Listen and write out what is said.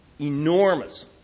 enormous